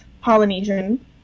Polynesian